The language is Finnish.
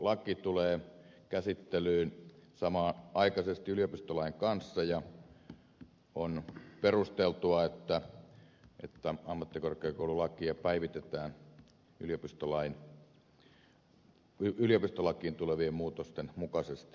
ammattikorkeakoululaki tulee käsittelyyn samanaikaisesti yliopistolain kanssa ja on perusteltua että ammattikorkeakoululakia päivitetään yliopistolakiin tulevien muutosten mukaisesti